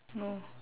no